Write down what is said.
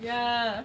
ya